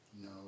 No